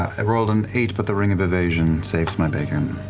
i rolled an eight, but the ring of evasion saves my bacon.